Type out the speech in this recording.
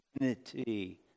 unity